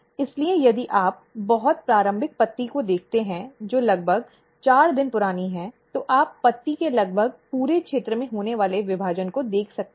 इसलिए यदि आप बहुत प्रारंभिक पत्ती को देखते हैं जो लगभग 4 दिन पुरानी है तो आप पत्ती के लगभग पूरे क्षेत्र में होने वाले विभाजन को देख सकते हैं